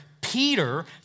Peter